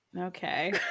Okay